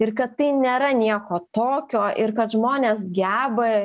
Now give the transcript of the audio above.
ir kad tai nėra nieko tokio ir kad žmonės geba